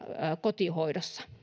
kotihoidossa